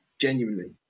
Genuinely